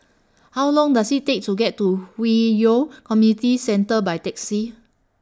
How Long Does IT Take to get to Hwi Yoh Community Centre By Taxi